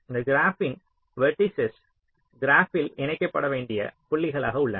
இந்த கிராப்பின் வெர்ட்டிஸஸ் கிராப்பில் இணைக்கப்பட வேண்டிய புள்ளிகளாக உள்ளன